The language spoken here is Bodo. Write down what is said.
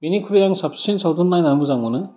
बेनिख्रुइ आं साबसिन सावथुन नायनानै मोजां मोनो